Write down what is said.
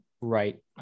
right